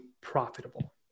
profitable